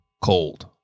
cold